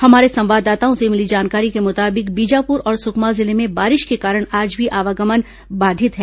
हमारे संवाददाताओं से मिली जानकारी के मुताबिक बीजापुर और सुकमा जिले में बारिश के कारण आज भी आवागमन बाधित है